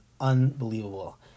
unbelievable